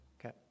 Okay